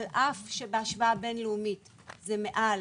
על אף שבהשוואה בין לאומית זה מעל,